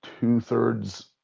two-thirds